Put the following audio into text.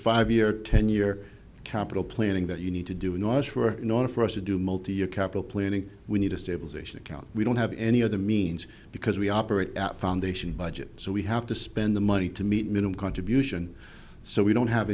five year ten year capital planning that you need to do not for in order for us to do multi year capital planning we need a stabilization account we don't have any other means because we operate at foundation budget so we have to spend the money to meet minimum contribution so we don't have